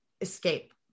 escape